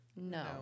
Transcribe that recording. No